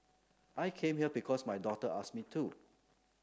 I came here because my daughter asked me to